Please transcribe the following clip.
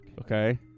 Okay